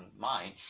mind